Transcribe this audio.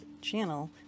channel